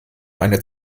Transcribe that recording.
einer